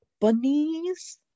bunnies